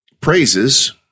praises